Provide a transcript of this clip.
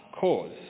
cause